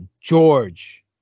George